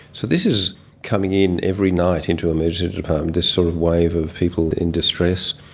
so this is coming in every night into emergency departments, this sort of wave of people in distress.